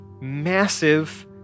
massive